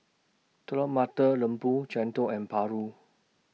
Telur Mata Lembu Chendol and Paru